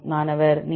மாணவர் நீர்